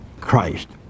Christ